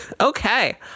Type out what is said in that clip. Okay